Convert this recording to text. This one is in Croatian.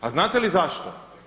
A znate li zašto?